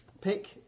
Pick